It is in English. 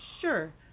Sure